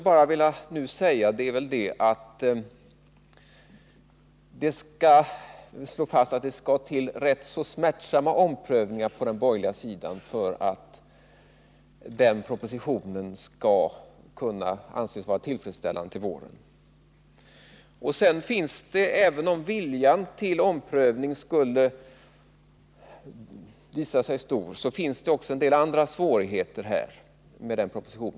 Men jag vill slå fast att det skall till rätt så smärtsamma omprövningar på den borgerliga sidan för att denna proposition skall bli tillfredsställande. Och även om viljan till omprövning skulle visa sig stor finns det en del andra svårigheter med denna proposition.